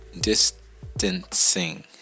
distancing